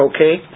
Okay